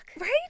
right